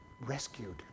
rescued